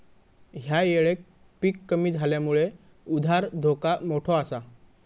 ह्या येळेक पीक कमी इल्यामुळे उधार धोका मोठो आसा